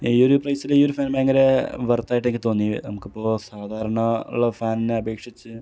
ഈ ഒരു പ്രൈസിൽ ഈ ഒരു ഫാൻ ഭയങ്കര വെർത്തായിട്ടെനിക്ക് തോന്നി നമുക്കിപ്പോൾ സാധാരണ ഉള്ള ഫാനിനെ അപേക്ഷിച്ച്